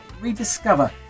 rediscover